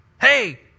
Hey